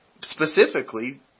specifically